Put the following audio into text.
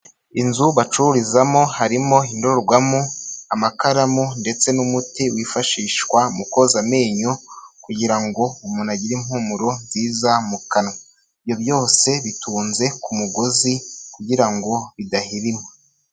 Inzu bacururizamo harimo indorerwamo, amakaramu, ndetse n'umuti wifashishwa mu koza amenyo, kugira ngo umuntu agire impumuro nziza mu kanwa. Ibyo byose bitunze ku mugozi kugira ngo bidahirima.